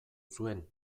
zuen